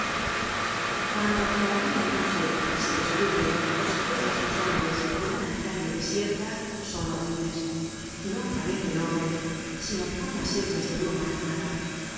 cuando hácia la media noche se descubre ó se ve á estos hombres en una calle desierta son horribles no parecen hombres sino formas hechas de bruma animada